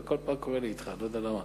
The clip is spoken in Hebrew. כל פעם זה קורה לי אתך, אני לא יודע למה.